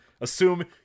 Assume